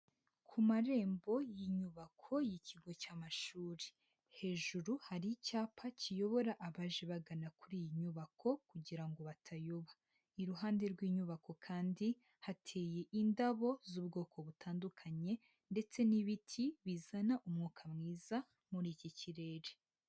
Ku marembo y'inyubako y'ikigo cy'amashuri, hejuru hari icyapa kiyobora abaje bagana kuri iyi nyubako kugira ngo batayoba, iruhande rw'inyubako kandi hateye indabo z'ubwoko butandukanye ndetse n'ibiti bizana umwuka mwiza muri iki kirere.